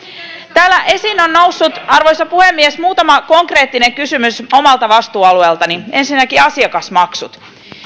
täällä esiin on noussut arvoisa puhemies muutama konkreettinen kysymys omalta vastuualueeltani ensinnäkin asiakasmaksut